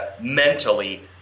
mentally